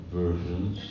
versions